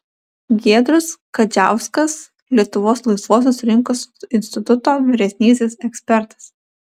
giedrius kadziauskas lietuvos laisvosios rinkos instituto vyresnysis ekspertas